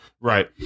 Right